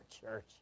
church